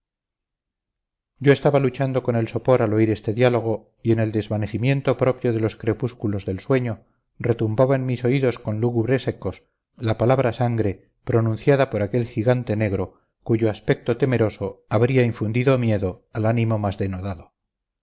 yo estaba luchando con el sopor al oír este diálogo y en el desvanecimiento propio de los crepúsculos del sueño retumbaba en mis oídos con lúgubres ecos la palabrasangre pronunciada por aquel gigante negro cuyo aspecto temeroso habría infundido miedo al ánimo más denodado